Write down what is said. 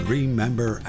Remember